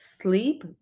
sleep